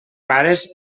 pares